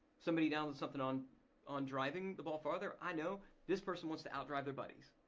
somebody downloads something on on driving the ball farther, i know this person wants to out drive their buddies.